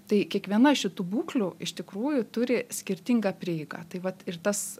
tai kiekviena šitų būklių iš tikrųjų turi skirtingą prieigą tai vat ir tas